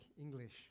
English